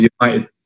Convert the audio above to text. United